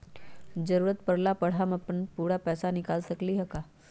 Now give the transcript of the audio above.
जरूरत परला पर हम अपन पूरा पैसा निकाल सकली ह का?